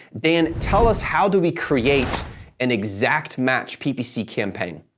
dan, tell us, how do we create an exact match ppc campaign?